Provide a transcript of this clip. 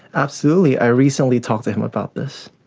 absolutely, i recently talked to him about this.